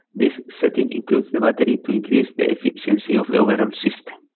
this setting includes the battery to increase the efficiency of the overall system.